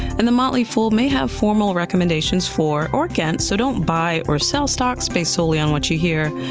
and the motley fool may have formal recommendations for or against, so don't buy or sell stocks based solely on what you hear.